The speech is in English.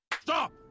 Stop